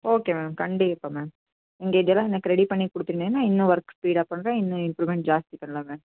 okay ma'am கண்டிப்பாக ma'am நீங்கள் இதெல்லாம் எனக்கு ரெடி பண்ணி கொடுத்திங்கன்னா இன்னும் ஒர்க் ஸ்பீடாக பண்ணுறேன் இன்னும் இம்ப்ரும்ன்ட் ஜாஸ்தி பண்ணலாம் மேம்